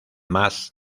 más